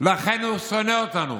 לכן הוא שונא אותנו,